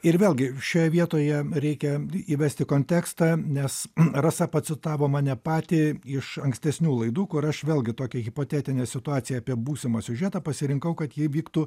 ir vėlgi šioje vietoje reikia įvest į kontekstą nes rasa pacitavo mane patį iš ankstesnių laidų kur aš vėlgi tokią hipotetinę situaciją apie būsimą siužetą pasirinkau kad ji vyktų